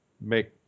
make